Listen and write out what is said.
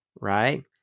right